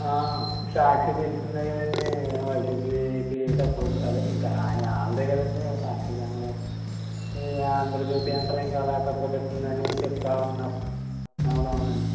సాక్షి తెలిసిందే కదండి వైసీపీకి సపోర్ట్ అదే ఇంక వాల్ వాళ్ళదే కదండి సాక్షి పేపరు ఈ ఆంధ్రజ్యోతి అంటరా ఇంకలా సపోర్ట్ వచ్చిందని చెప్తా వుంటనారు అవును అవునండి